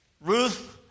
Ruth